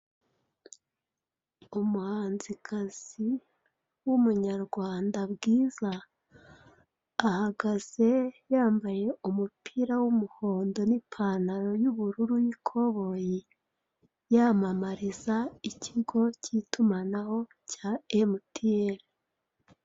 Umuhanzi kazi w'umunyarwanda Bwiza ahagaze yambaye umupira w'umuhondo n'ipantaro y'ubururu y'ikoboyi yamamariza ikigo cy'itumanaho cya emutiyene.